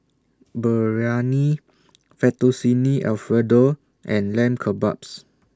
Biryani Fettuccine Alfredo and Lamb Kebabs